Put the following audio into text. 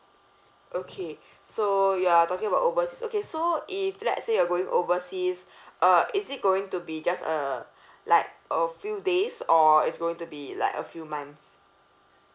okay so you are talking about overseas okay so if let's say you are going oversea uh is it going to be just uh like a few days or is going to be like a few months